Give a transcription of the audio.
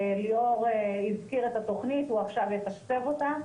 ליאור הזכיר את התוכנית, הוא עכשיו יתקצב אותה.